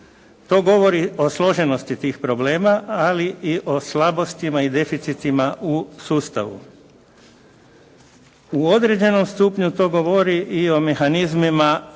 To govori o složenosti tih problema, ali i o slabostima i deficitima u sustavu. U određenom stupnju to govori i o mehanizmima